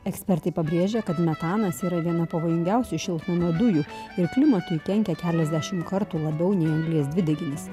ekspertai pabrėžia kad metanas yra viena pavojingiausių šiltnamio dujų ir klimatui kenkia keliasdešimt kartų labiau nei anglies dvideginis